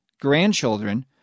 grandchildren